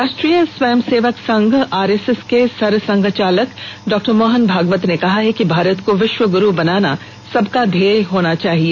राष्ट्रीय स्वयंसेवक संघ आरएसएस के सर संघचालक डॉ मोहन भागवत ने कहा है कि भारत को विश्वगुरु बनाना सबका ध्येय होना चाहिए